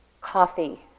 coffee